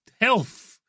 health